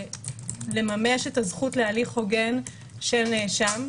לממש את הזכות להליך הוגן של נאשם,